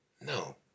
No